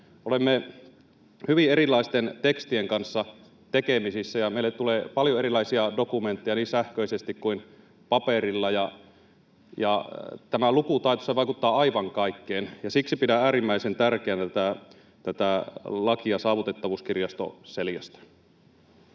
olemme hyvin erilaisten tekstien kanssa tekemisissä ja meille tulee paljon erilaisia dokumentteja niin sähköisesti kuin paperilla, ja tämä lukutaito vaikuttaa aivan kaikkeen. Siksi pidän äärimmäisen tärkeänä tätä lakia Saavutettavuuskirjasto Celiasta.